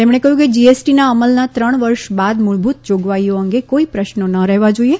તેમણે કહયું કે જીએસટીના અમલનાં ત્રણ વર્ષ બાદ મુળભુત જોગવાઇઓ અંગે કોઇ પ્રશ્નો ન રહેવા જોઇએ